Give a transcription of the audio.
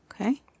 Okay